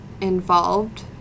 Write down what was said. involved